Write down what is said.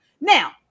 Now